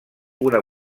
una